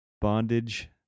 Bondage